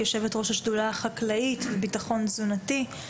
יושבת ראש השדולה החקלאית וביטחון תזונתי.